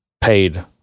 paid